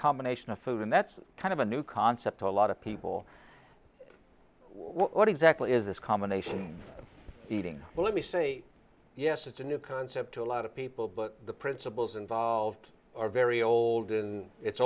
combination of food and that's kind of a new concept a lot of people what exactly is this combination of eating well let me say yes it's a new concept to a lot of people but the principles involved are very old and it's